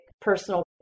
personal